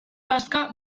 bazka